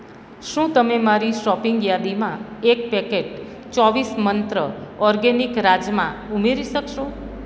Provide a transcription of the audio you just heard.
શું તમે મારી શોપિંગ યાદીમાં એક પેકેટ ચોવીસ મંત્ર ઓર્ગેનિક રાજમા ઉમેરી શકશો